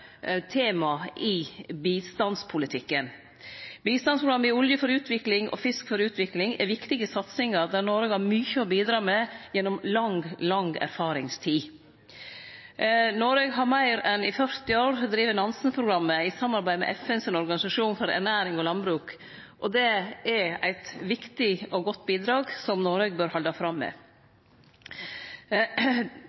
tema i bistandspolitikken. Bistandsprogramma Olje for utvikling og Fisk for utvikling er viktige satsingar der Noreg har mykje å bidra med gjennom lang, lang erfaringstid. Noreg har i meir enn 40 år drive Nansen-programmet i samarbeid med FNs organisasjon for ernæring og landbruk. Det er eit viktig og godt bidrag, som Noreg bør halde fram med.